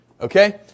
okay